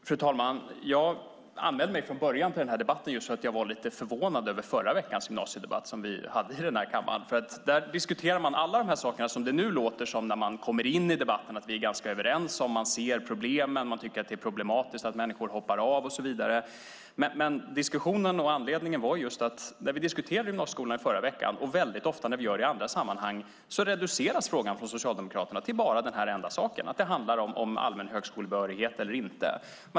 Fru talman! Jag anmälde mig till debatten därför att jag var förvånad över förra veckans gymnasiedebatt i kammaren. Där diskuterades alla de saker som när vi nu kommer in i debatten låter som att vi är överens. Vi ser problemen, vi tycker att det är problematiskt att människor hoppar av och så vidare. När vi diskuterade gymnasieskolan i förra veckan - och ofta i andra sammanhang - reducerades frågan från Socialdemokraternas sida till en enda sak, nämligen om allmän högskolebehörighet eller inte.